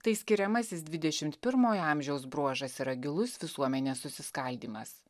tai skiriamasis dvidešimt pirmojo amžiaus bruožas yra gilus visuomenės susiskaldymas